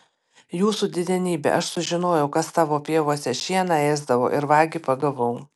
jūsų didenybe aš sužinojau kas tavo pievose šieną ėsdavo ir vagį pagavau